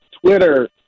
Twitter